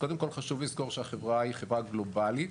קודם כל חשוב לזכור שהחברה היא חברה גלובלית,